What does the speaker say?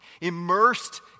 immersed